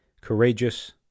courageous